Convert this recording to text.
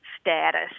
status